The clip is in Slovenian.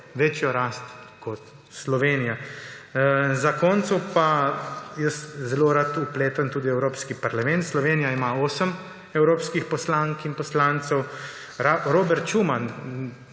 večjo rast kot Slovenija. Za konec pa, jaz zelo rad vpletem tudi Evropski parlament. Slovenija ima 8 evropskih poslank in poslancev. Robert Schuman,